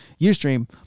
Ustream